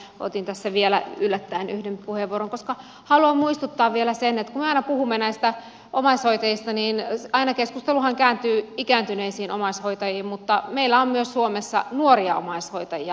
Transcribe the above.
otin tässä vielä yllättäen yhden puheenvuoron koska haluan muistuttaa vielä että aina kun me puhumme näistä omaishoitajista niin keskusteluhan kääntyy ikääntyneisiin omaishoitajiin mutta meillä on suomessa myös nuoria omaishoitajia